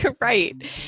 right